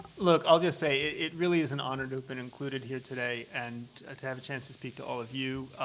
look, i'll just say, it really is an honor to have been included here today and to have a chance to speak to all of you.